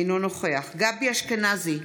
אינו נוכח גבי אשכנזי,